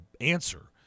answer